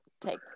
Take